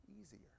easier